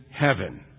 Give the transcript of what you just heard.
heaven